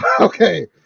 Okay